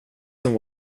som